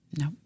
No